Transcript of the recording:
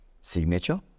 signature